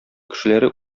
кешеләре